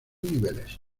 niveles